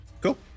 cool